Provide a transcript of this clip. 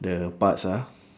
the parts ah